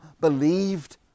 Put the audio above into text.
believed